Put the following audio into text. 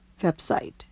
website